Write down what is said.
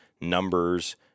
numbers